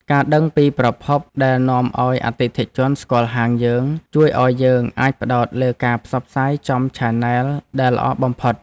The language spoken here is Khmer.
ការដឹងពីប្រភពដែលនាំឱ្យអតិថិជនស្គាល់ហាងយើងជួយឱ្យយើងអាចផ្ដោតលើការផ្សព្វផ្សាយចំឆានែលដែលល្អបំផុត។